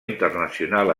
internacional